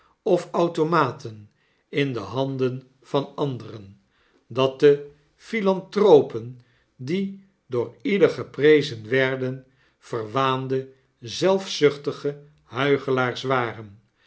of automaten in de handen van anderen dat de philanthrope die door een ieder geprezen werden verwaande zelfzuchtige huichelaars waren